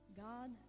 God